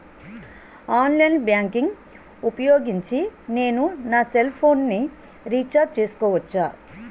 Online banking ఊపోయోగించి నేను నా సెల్ ఫోను ని రీఛార్జ్ చేసుకోవచ్చా?